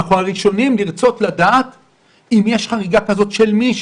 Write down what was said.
אנחנו הראשונים לרצות לדעת אם יש חריגה כזאת של מישהו,